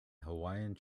hawaiian